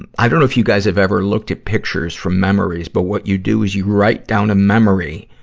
and i don't know if you guys have ever looked at pictures from memories, but what you do is you write down a memory,